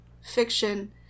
fiction –